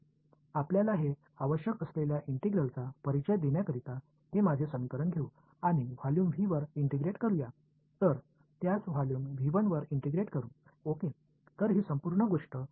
எனவே அந்த ஒருங்கிணைப்பை நாம் செய்ய வேண்டியது என்னவென்றால் என்னிடம் உள்ள இந்த சமன்பாட்டை எடுத்துக்கொள்வோம் அதை V இன் கொள்ளளவின் மேல் ஒருங்கிணைப்போம்